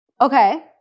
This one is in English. Okay